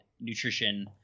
nutrition